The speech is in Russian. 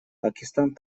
пакистан